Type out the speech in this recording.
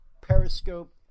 Periscope